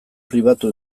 pribatu